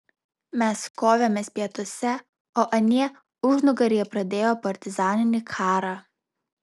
mes kovėmės pietuose o anie užnugaryje pradėjo partizaninį karą